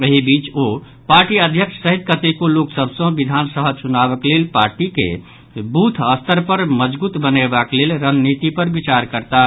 एहि बीच ओ पार्टी अध्यक्ष सहित कतेको लोक सभ सँ विधानसभा चुनावक लेल पार्टी के बूथ स्तर पर मजगूत बनायबाक लेल रणनीति पर विचार करताह